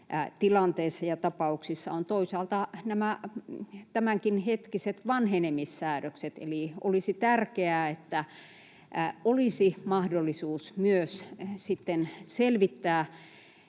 tilanteissa ja tapauksissa ovat toisaalta nämä tämänkinhetkiset vanhenemissäädökset. Olisi tärkeää, että olisi mahdollisuus selvittää